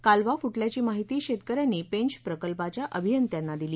कालवा फुटल्याची माहिती शेतकऱ्यांनी पेंच प्रकल्पाच्या अभियंत्यांना दिली